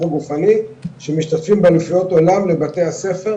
הגופני שמשתתפים באליפויות עולם לבתי ספר